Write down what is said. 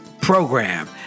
program